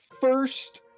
first